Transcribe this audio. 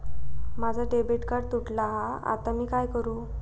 माझा debit card तुटला हा आता मी काय करू?